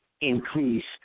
increase